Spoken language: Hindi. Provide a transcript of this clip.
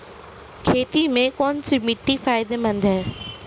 खेती में कौनसी मिट्टी फायदेमंद है?